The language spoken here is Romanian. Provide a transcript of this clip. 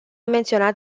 menționat